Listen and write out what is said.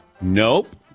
Nope